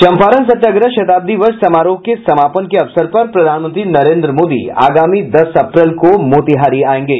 चम्पारण सत्याग्रह शताब्दी वर्ष समारोह के समापन के अवसर पर प्रधानमंत्री नरेंद्र मोदी आगामी दस अप्रैल को मोतिहारी आयेंगे